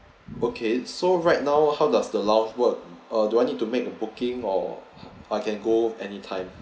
okay so right now how does the lounge work err do I need to make a booking or I can go anytime